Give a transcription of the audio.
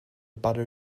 butter